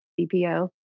CPO